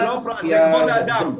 זה לא פרס, זה זכויות האדם.